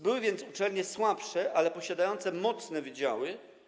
Były więc uczelnie słabsze, ale posiadające mocne wydziały.